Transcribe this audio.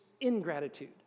ingratitude